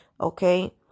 Okay